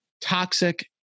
toxic